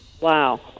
Wow